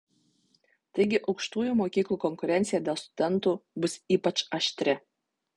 taigi aukštųjų mokyklų konkurencija dėl studentų bus ypač aštri